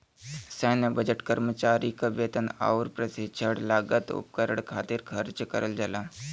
सैन्य बजट कर्मचारी क वेतन आउर प्रशिक्षण लागत उपकरण खातिर खर्च करल जाला